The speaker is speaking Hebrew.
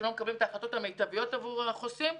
שהם לא מקבלים את ההחלטות המיטביות עבור החוסים.